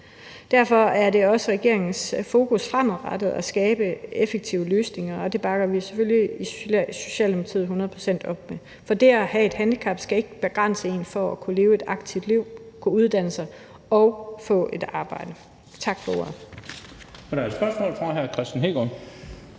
Derfor er det også regeringens fokus fremadrettet at skabe effektive løsninger, og det bakker vi selvfølgelig hundrede procent op om i Socialdemokratiet, for det at have et handicap skal ikke begrænse en i forhold til at kunne leve et aktivt liv, at kunne uddanne sig og få et arbejde. Tak for ordet.